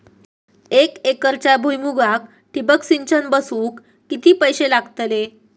एक एकरच्या भुईमुगाक ठिबक सिंचन बसवूक किती पैशे लागतले?